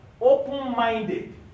open-minded